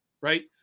Right